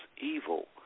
evil